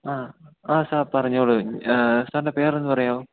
ആ ആ സാർ പറഞ്ഞുകൊള്ളൂ സാറിൻ്റെ പേരൊന്നു പറയാമോ